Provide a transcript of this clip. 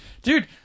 Dude